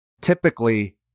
Typically